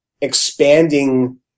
expanding